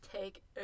Take